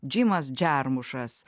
džimas džermušas